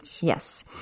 yes